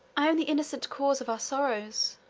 i am the innocent cause of our sorrows,